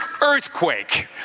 earthquake